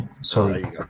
sorry